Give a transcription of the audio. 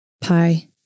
Pie